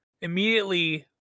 immediately